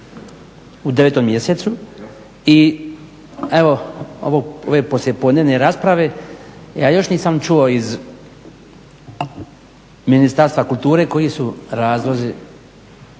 u 9. mjesecu i evo, ove poslijepodnevne rasprave, ja još nisam čuo iz Ministarstva kulture koji su razlozi